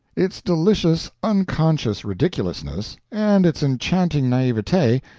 its delicious unconscious ridiculousness, and its enchanting naivete,